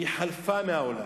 חלפה מהעולם.